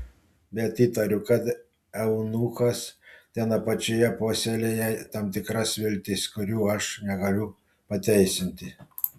bet įtariu kad eunuchas ten apačioje puoselėja tam tikras viltis kurių aš negaliu pateisinti